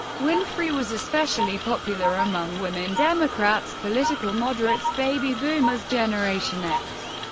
winfrey was especially popular among women, democrats, political moderates, baby boomers, generation x,